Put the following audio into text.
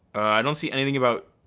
i don't see anything about,